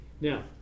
Now